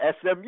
SMU